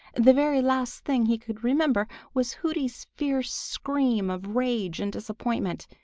the very last thing he could remember was hooty's fierce scream of rage and disappointment.